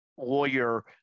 lawyer